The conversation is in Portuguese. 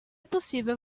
possível